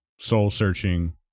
soul-searching